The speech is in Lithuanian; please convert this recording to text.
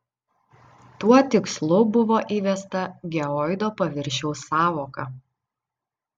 tuo tikslu buvo įvesta geoido paviršiaus sąvoka